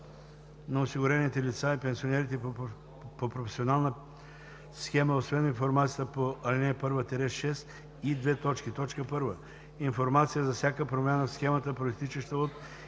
на осигурените лица и пенсионерите по професионална схема освен информацията по ал. 1 – 6, и: 1. информация за всяка промяна в схемата, произтичаща от